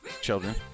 children